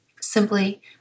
Simply